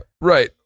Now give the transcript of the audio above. Right